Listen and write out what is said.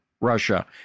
Russia